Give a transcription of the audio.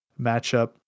matchup